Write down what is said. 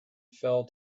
fell